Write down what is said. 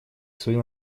своим